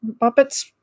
Muppets